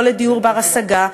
לא לדיור בר-השגה,